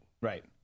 right